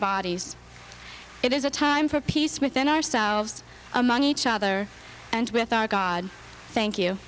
bodies it is a time for peace within ourselves among each other and with our god thank you